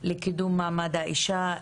לקידום מעמד האישה.